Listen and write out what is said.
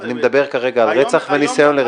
אני מדבר כרגע על רצח וניסיון לרצח.